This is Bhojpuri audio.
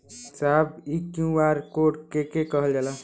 साहब इ क्यू.आर कोड के के कहल जाला?